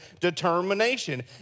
determination